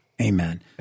Amen